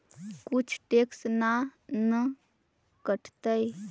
कुछ टैक्स ना न कटतइ?